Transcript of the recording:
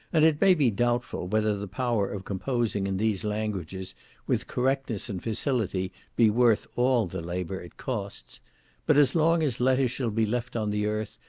and it may be doubtful whether the power of composing in these languages with correctness and facility, be worth all the labour it costs but as long as letters shall be left on the earth,